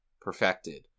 perfected